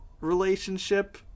relationship